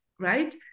right